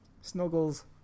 snuggles